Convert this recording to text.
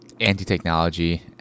anti-technology